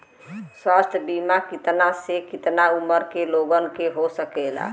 स्वास्थ्य बीमा कितना से कितना उमर के लोगन के हो सकेला?